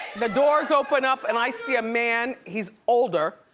the doors open up and i see a man, he's older.